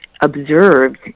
observed